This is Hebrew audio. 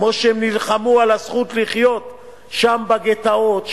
כמו שהם נלחמו על הזכות לחיות שם בגטאות,